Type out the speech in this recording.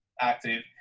active